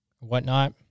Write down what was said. whatnot